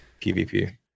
PvP